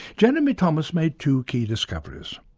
jeremy thomas made two key discoveries.